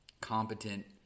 competent